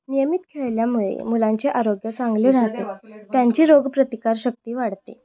नियमित खेळल्यामुळे मुलांचे आरोग्य चांगले राहते त्यांची रोग प्रतिकार शक्ती वाढते